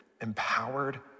empowered